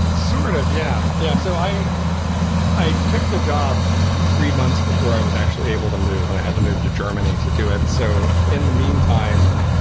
sort of, yeah. yeah. so i i took the job three months before i was actually able to move, and i had to move to germany to do it. so in the meantime,